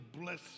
bless